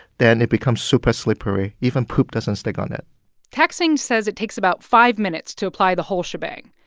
then it becomes super slippery. even poop doesn't stick on it tak-sing says it takes about five minutes to apply the whole shebang.